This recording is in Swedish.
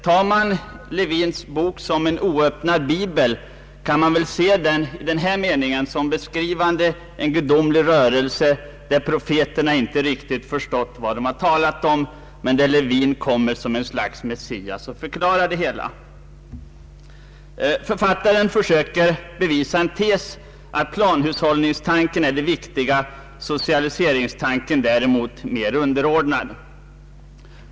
Tar man Lewins bok som en oöppnad bibel, kan man väl se boken i den här meningen som beskrivande en gudomlig rörelse, där profeterna inte riktigt förstått vad de talat om men där Lewin kommer som ett slags Messias och förklarar det hela. Författaren söker bevisa en tes, nämligen att planhushållningstanken är den viktiga — socialiseringstanken däremot mer underordnad.